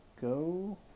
go